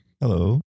Hello